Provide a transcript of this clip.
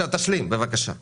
אני